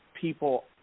people